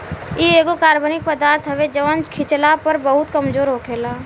इ एगो कार्बनिक पदार्थ हवे जवन खिचला पर बहुत मजबूत होखेला